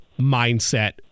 mindset